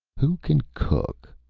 who can cook?